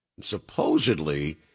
Supposedly